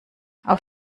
auf